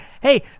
Hey